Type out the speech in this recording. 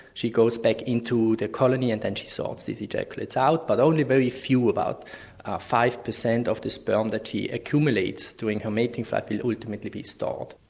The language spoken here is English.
she goes back into the colony, and then she sorts these ejaculates out, but only very few, about five percent, of the sperm that she accumulates during her mating flight will ultimately be stored.